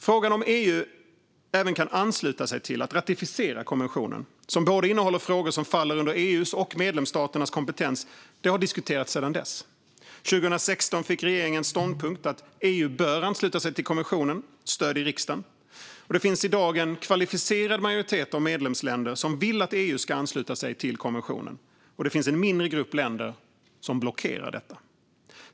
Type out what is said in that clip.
Frågan om EU även kan ansluta sig till och ratificera konventionen, som både innehåller frågor som faller under EU:s kompetens och frågor som faller under medlemsstaternas kompetens, har diskuterats sedan dess. År 2016 fick regeringens ståndpunkt att EU bör ansluta sig till konventionen stöd i riksdagen. Det finns i dag en kvalificerad majoritet av medlemsländer som vill att EU ska ansluta sig till konventionen, och det finns en mindre grupp länder som blockerar detta.